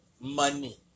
money